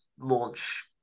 launch